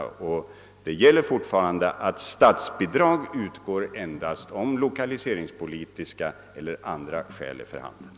Det gäller fortfarande att statsbidrag utgår endast om lokaliseringspolitiska eller andra särskilda skäl är för handen.